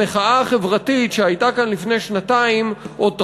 המחאה החברתית שהייתה כאן לפני שנתיים עוד תחזור,